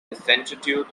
certitude